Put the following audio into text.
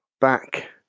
back